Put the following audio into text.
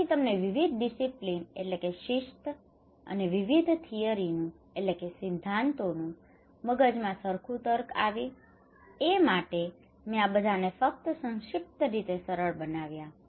તેથી તમને વિવિધ ડિસિપ્લિન disciplines શિસ્ત અને વિવિધ થીયરીનું theories સિદ્ધાંતો મગજમાં સરખું તર્ક આવે એે માટે મેં આ બધાને ફક્ત સંક્ષિપ્ત રીતે સરળ બનાવ્યા છે